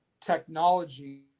technology